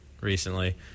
recently